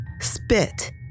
Spit